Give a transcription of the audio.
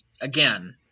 again